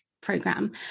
program